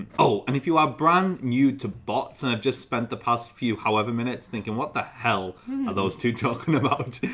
oh, and if you are brand-new to bots and have just spent the past few however minutes thinking, what the hell are those two talkin' about?